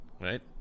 right